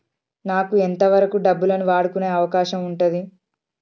నాకు ఎంత వరకు డబ్బులను వాడుకునే అవకాశం ఉంటది?